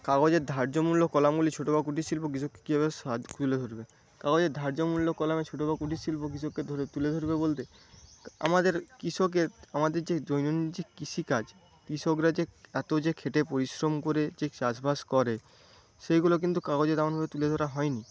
কাগজের ধার্য মূল্য কলামে ছোট বা কুটিরশিল্প কৃষককে কিভাবে সাহায্য করে তুলে ধরবে কাগজের ধার্য মূল্য কলামে ছোট বা কুটিরশিল্প কৃষককে ধরে তুলে ধরবে বলতে আমাদের কৃষকের আমাদের যে দৈনন্দিন যে কৃষিকাজ কৃষকরা যে এত যে খেটে পরিশ্রম করে যে চাষবাস করে সেইগুলো কিন্তু কাগজে তেমনভাবে তুলে ধরা হয়নি